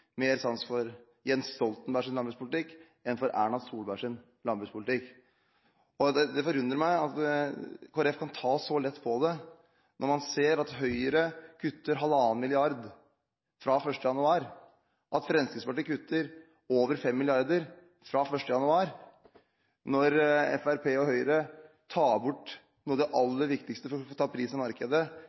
enn Erna Solbergs landbrukspolitikk. Det forundrer meg at Kristelig Folkeparti kan ta så lett på det, når man ser at Høyre kutter 1,5 mrd. kr fra 1. januar, og at Fremskrittspartiet kutter over 5 mrd. kr fra første 1. januar, og når Fremskrittspartiet og Høyre vil ta bort noe av det aller viktigste for prisen i markedet ved at man ikke vil gi mulighet til å